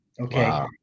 Okay